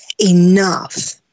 enough